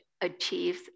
achieves